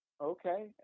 Okay